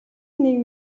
нэг